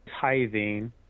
tithing